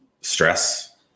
stress